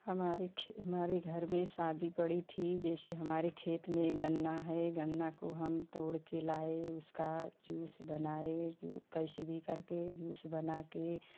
हमारे हमारे घर में शादी पड़ी थी जैसे हमारे खेत में गन्ना है गन्ना को हम तोड़ के लाए उसका जूस बनाए कैसे भी करके जूस बना के